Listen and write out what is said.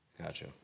Gotcha